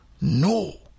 no